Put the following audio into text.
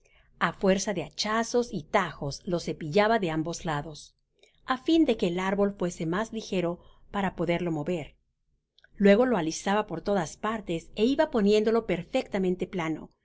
á fuerza de hachazos y tajos lo cepillaba de ambos lados á fin de que el árbol fuese mas ligero para poderlo mover luego lo alisaba por todas partes é iba poniéndolo perfectamente plano